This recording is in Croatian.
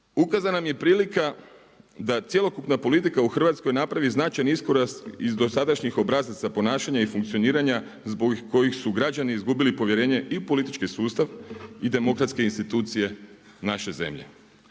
Ukazana vam je prilika da cjelokupna politika u Hrvatskoj napravi značajan iskorak iz dosadašnjih obrazaca ponašanja i funkcioniranja zbog kojih su građani izgubili povjerenje i u politički sustav i demokratske institucije naše zemlje.